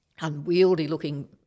unwieldy-looking